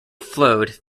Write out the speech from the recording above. flowed